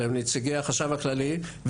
אלא עם נציגי החשב הכללי,